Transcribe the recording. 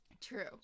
True